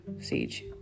Siege